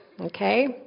Okay